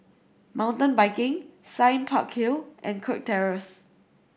Mountain Biking Sime Park Hill and Kirk Terrace